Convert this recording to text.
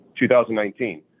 2019